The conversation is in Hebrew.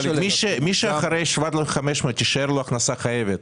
מי שאחרי ה-7,500 ₪ תישאר לו הכנסה חייבת